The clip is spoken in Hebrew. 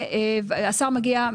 השר מגיע,